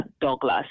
Douglas